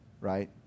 right